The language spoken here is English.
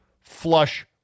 flush